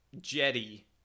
jetty